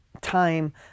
time